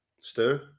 Stu